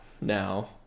now